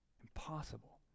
impossible